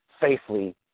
safely